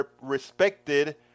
respected